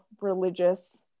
religious